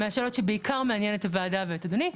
לשאלות שבעיקר מעניינות את הוועדה ואת אדוני,